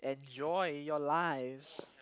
enjoy your lives